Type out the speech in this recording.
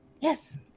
Yes